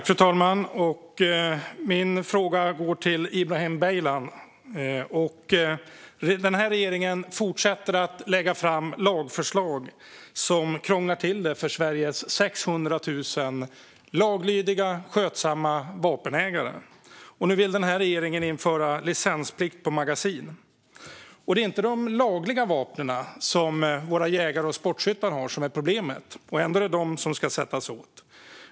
Fru talman! Min fråga går till Ibrahim Baylan. Den här regeringen fortsätter lägga fram lagförslag som krånglar till det för Sveriges 600 000 laglydiga, skötsamma vapenägare. Nu vill regeringen också införa licensplikt på magasin. Det är inte de lagliga vapnen, som våra jägare och sportskyttar har, som är problemet. Ändå är det de som ska sättas åt.